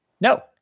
No